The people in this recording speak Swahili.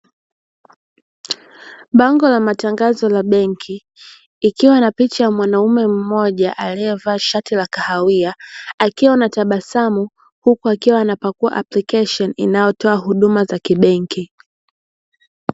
Bango la matangazo la benki, ikiwa na picha ya mwanaume mmoja aliyevaa shati la kahawia. Akiwa na tabasamu huku akiwa anapakua aplikesheni inayotoa huduma za kibenki.